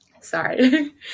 sorry